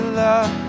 love